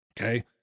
Okay